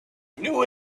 knew